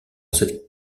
cette